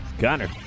Connor